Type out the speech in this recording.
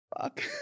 Fuck